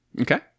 Okay